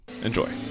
Enjoy